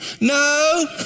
no